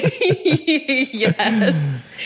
Yes